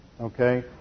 Okay